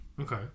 Okay